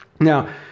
Now